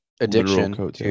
addiction